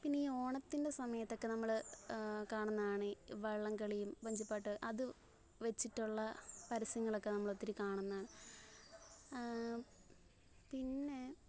പിന്നെ ഈ ഓണത്തിൻ്റെ സമയത്തൊക്കെ നമ്മള് കാണുന്നതാണീ വള്ളംകളിയും വഞ്ചിപ്പാട്ട് അത് വച്ചിട്ടുള്ള പരസ്യങ്ങളൊക്കെ നമ്മളൊത്തിരി കാണുന്നതാണ് പിന്നെ